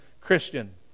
Christian